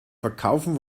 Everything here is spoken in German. verkaufen